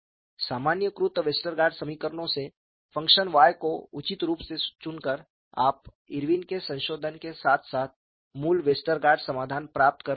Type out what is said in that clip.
सामान्यीकृत वेस्टरगार्ड समीकरणों से फ़ंक्शन Y को उचित रूप से चुनकर आप इरविन के संशोधन के साथ साथ मूल वेस्टरगार्ड समाधान प्राप्त कर सकते हैं